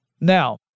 Now